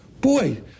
Boy